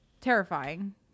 terrifying